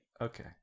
Okay